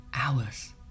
Hours